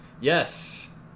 Yes